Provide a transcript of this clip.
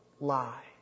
lie